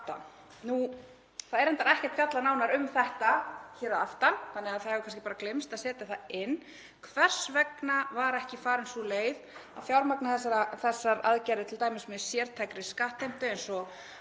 Það er reyndar ekkert fjallað nánar um þetta hér að aftan þannig að það hefur kannski gleymst að setja það inn. Hvers vegna var ekki farin sú leið að fjármagna þessar aðgerðir, t.d. með sértækri skattheimtu eins og